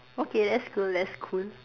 okay that's cool that's cool